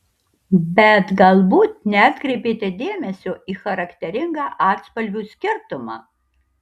bet galbūt neatkreipėte dėmesio į charakteringą atspalvių skirtumą